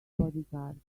bodyguards